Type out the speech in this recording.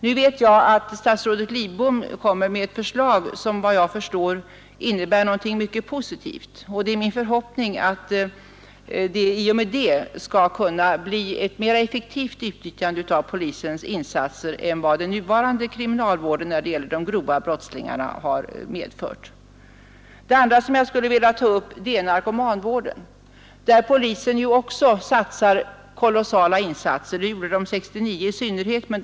Nu vet jag att statsrådet Lidbom kommer med ett förslag, som vad jag förstår innebär något mycket positivt. Min förhoppning är att förslaget skall möjliggöra ett mera effektivt utnyttjande av polisens insatser än som har varit fallet. Det andra ämne jag skulle vilja ta upp är narkomanvården, där polisen också gör stora insatser. Sådana gjorde polisen i synnerhet 1969.